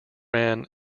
ran